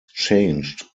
changed